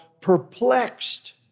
perplexed